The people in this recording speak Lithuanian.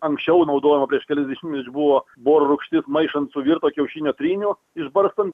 anksčiau naudojama prie kelis dešimtmečius buvo boro rūgštis maišant su virto kiaušinio tryniu išbarstant